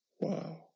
Wow